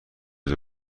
شده